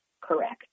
correct